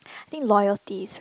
think loyalty is very